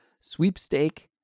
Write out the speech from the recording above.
sweepstake